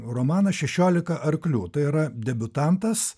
romaną šešiolika arklių tai yra debiutantas